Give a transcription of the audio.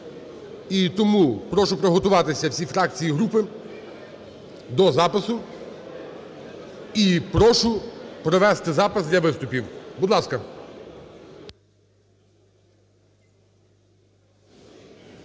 І тому прошу приготуватися всі фракції і групи до запису. І прошу провести запис для виступів. Будь ласка.